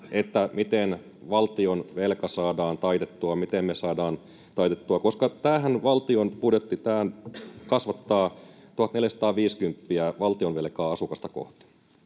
siitä, miten valtionvelka saadaan taitettua, miten me saadaan se taitettua, koska tämä valtion budjettihan kasvattaa valtionvelkaa 1 450 euroa asukasta kohti